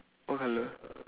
what colour